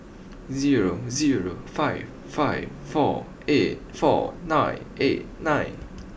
zero zero five five four eight four nine eight nine